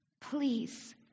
please